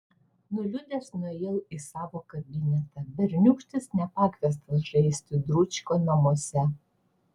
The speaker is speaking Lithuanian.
nuliūdęs nuėjau į savo kabinetą berniūkštis nepakviestas žaisti dručkio namuose